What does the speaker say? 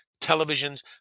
televisions